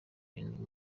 ibintu